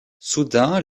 soudain